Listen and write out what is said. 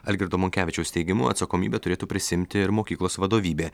algirdo monkevičiaus teigimu atsakomybę turėtų prisiimti ir mokyklos vadovybė